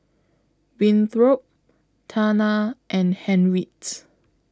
Winthrop Tana and Henriette